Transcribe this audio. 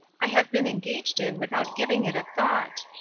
i have been engaged in without giving it a thought.